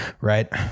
right